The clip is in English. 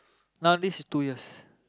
normally is two years